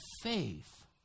faith